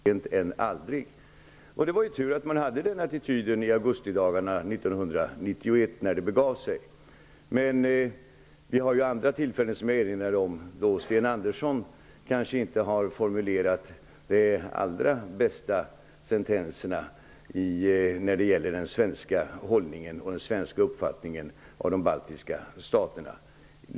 Herr talman! Sent skall syndaren vakna, eller bättre sent än aldrig. Det var tur att man intog den attityden under de dagar i augusti 1991 då det begav sig. Det finns dock andra tillfällen, som jag erinrade om, då Sten Andersson kanske inte har formulerat de allra bästa sentenserna när det gäller den svenska hållningen och den svenska uppfattningen om de baltiska staterna.